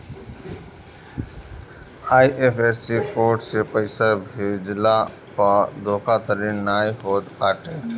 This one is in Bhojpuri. आई.एफ.एस.सी कोड से पइसा भेजला पअ धोखाधड़ी नाइ होत बाटे